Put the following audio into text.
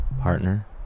partner